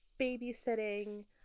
babysitting